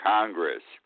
Congress